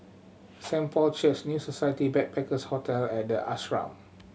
Saint Paul's Church New Society Backpackers' Hotel and The Ashram